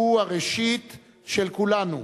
הוא הראשית של כולנו,